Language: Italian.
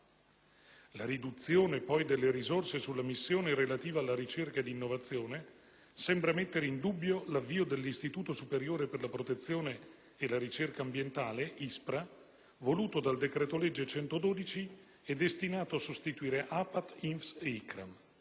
La riduzione, poi, delle risorse sulla missione relativa alla ricerca ed innovazione sembra mettere in dubbio l'avvio dell'Istituto superiore per la protezione e la ricerca ambientale (ISPRA), voluto dal decreto-legge n. 112 e destinato a sostituire APAT, INFS e ICRAM.